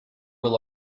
will